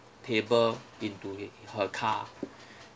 table into it her car